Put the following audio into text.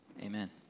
Amen